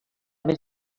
més